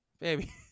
baby